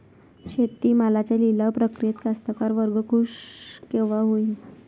शेती मालाच्या लिलाव प्रक्रियेत कास्तकार वर्ग खूष कवा होईन?